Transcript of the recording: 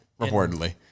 Reportedly